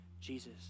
Jesus